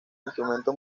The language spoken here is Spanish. instrumentos